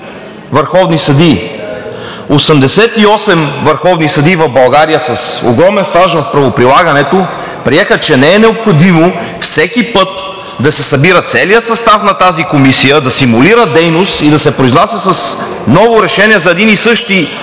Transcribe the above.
88 върховни съдии в България с огромен стаж в правоприлагането приеха, че не е необходимо всеки път да се събира целият състав на тази комисия, да симулира дейност и да се произнася с ново решение за един и същи